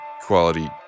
Quality